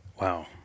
Wow